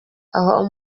aho